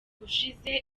ushize